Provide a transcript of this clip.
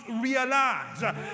realize